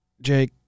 Jake